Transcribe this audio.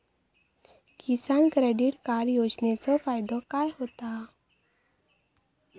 किसान credit card योजनेचो फायदो काय होता?